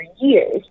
years